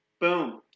Boom